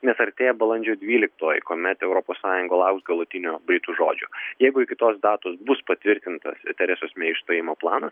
nes artėja balandžio dvyliktoji kuomet europos sąjunga lauks galutinio britų žodžio jeigu iki tos datos bus patvirtintas teresos mei išstojimo planas